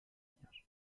años